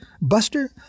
Buster